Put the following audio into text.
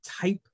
type